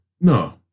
No